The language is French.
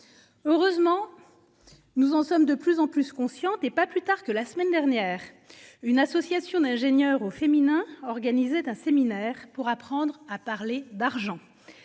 Heureusement. Nous en sommes de plus en plus consciente et pas plus tard que la semaine dernière, une association d'ingénieur au féminin organisé un séminaire pour apprendre à parler d'argent.